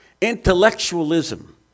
Intellectualism